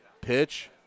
pitch